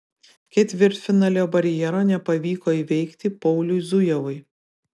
ketvirtfinalio barjero nepavyko įveikti pauliui zujevui